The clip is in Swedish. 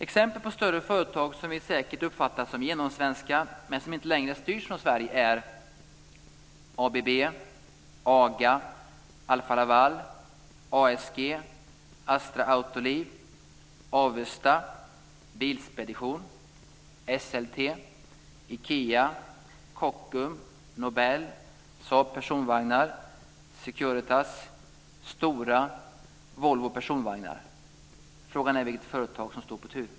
Exempel på större företag som vi säkert uppfattar som genomsvenska men som inte längre styrs från Sverige är: ABB, AGA, Alfa Laval, ASG, Astra Autoliv, Avesta, Bilspedition, Esselte, Ikea, Kockum, Personvagnar. Frågan är vilket företag som står på tur.